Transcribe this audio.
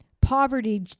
Poverty